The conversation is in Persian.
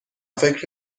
فکر